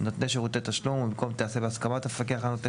"נותני שירותי תשלום" ובמקום "תיעשה בהסכמת המפקח על נותני